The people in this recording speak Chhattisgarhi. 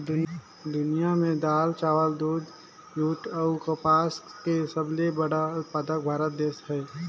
दुनिया में दाल, चावल, दूध, जूट अऊ कपास के सबले बड़ा उत्पादक भारत देश हे